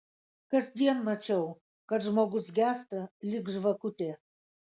kasdien mačiau kad žmogus gęsta lyg žvakutė